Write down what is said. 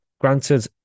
Granted